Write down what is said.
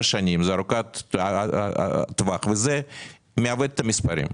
שנים והיא ארוכת טווח ולכן זה מעוות את המספרים.